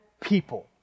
people